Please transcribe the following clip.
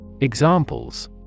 Examples